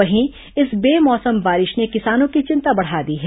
वहीं इस बे मौसम बारिश ने किसानों की चिंता बढ़ा दी है